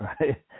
right